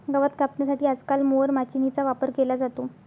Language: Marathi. गवत कापण्यासाठी आजकाल मोवर माचीनीचा वापर केला जातो